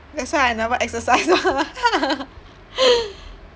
that's why I never exercise